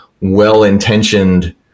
well-intentioned